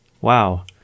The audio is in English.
wow